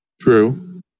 True